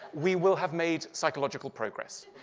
we will have made psychological progress.